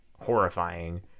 horrifying